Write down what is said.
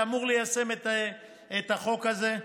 שאמור ליישם את החוק הזה.